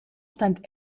stand